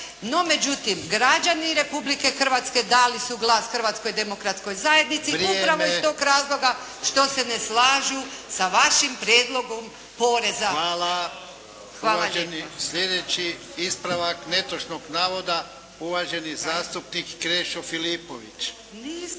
međutim građani Republike Hrvatske dali su glas Hrvatskoj demokratskoj zajednici upravo iz tog razloga što se ne slažu s vašim prijedlogom poreza. Hvala lijepa. **Jarnjak, Ivan (HDZ)** Hvala. Slijedeći ispravak netočnog navoda uvaženi zastupnik Krešo Filipović.